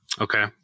Okay